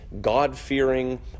God-fearing